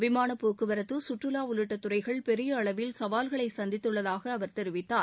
விமானபோக்குவரத்து சுற்றுலா உள்ளிட்ட துறைகள் பெரிய அளவில் சவால்களை சந்தித்துள்ளதாக அவர் தெரிவித்தார்